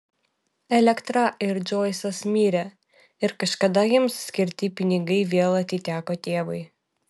elektra ir džoisas mirė ir kažkada jiems skirti pinigai vėl atiteko tėvui